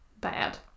bad